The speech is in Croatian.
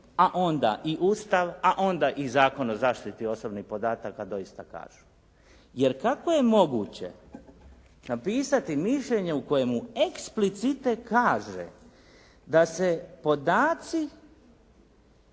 a onda i Ustav, a onda i Zakon o zaštiti osobnih podataka doista kažu. Jer kako je moguće napisati mišljenje u kojemu eksplicite kaže da se podaci,